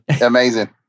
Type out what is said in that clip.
Amazing